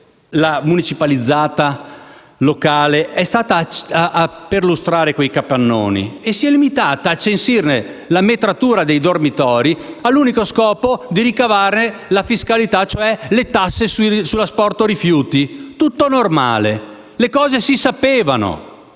la municipalizzata locale è andata a perlustrare quei capannoni, ma si è limitata a censire la metratura dei dormitori all'unico scopo di ricavarne la fiscalità, cioè le tasse sull'asporto rifiuti. Tutto normale. Eppure, le cose si sapevano